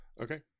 okay